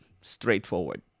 straightforward